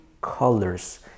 colors